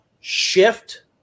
shift